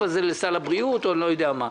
הזה לסל הבריאות או אני לא יודע מה.